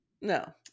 No